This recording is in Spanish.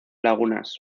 lagunas